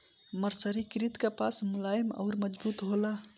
मर्सरीकृत कपास मुलायम अउर मजबूत होला